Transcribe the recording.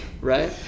right